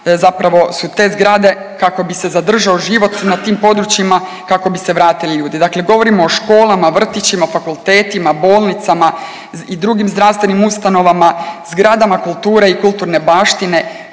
zapravo su te zgrade kako bi se zadržao život na tim područjima kako bi se vratili ljudi. Dakle, govorimo o školama, vrtićima, fakultetima, bolnicama i drugim zdravstvenim ustanovama, zgradama kulture i kulturne baštine,